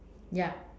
ya